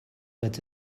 but